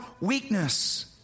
weakness